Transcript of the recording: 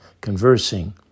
conversing